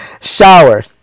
shower